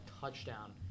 touchdown